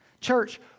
Church